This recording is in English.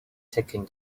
taking